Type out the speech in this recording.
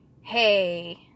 hey